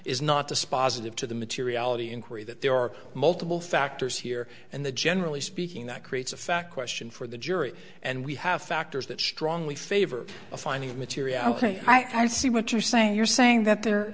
dispositive to the materiality inquiry that there are multiple factors here and the generally speaking that creates a fact question for the jury and we have factors that strongly favor a finding of material and i see what you're saying you're saying that the